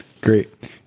Great